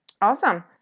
Awesome